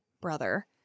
brother